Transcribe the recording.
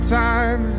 time